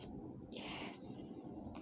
yes